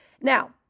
Now